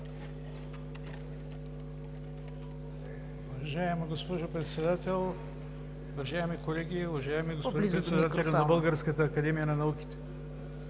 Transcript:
Уважаема госпожо Председател, уважаеми колеги, уважаеми господин председател на Българската академия на науките!